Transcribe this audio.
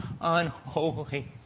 unholy